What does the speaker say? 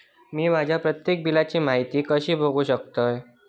मी माझ्या प्रत्येक बिलची माहिती कशी बघू शकतय?